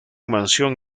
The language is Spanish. mansión